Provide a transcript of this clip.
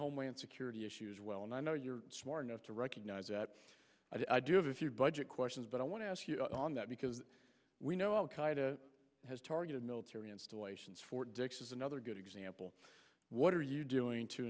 homeland security issues as well and i know you're smart enough to recognize that i do have a few budget questions but i want to ask you on that because we know al qaeda has targeted military installations fort dix is another good example what are you doing to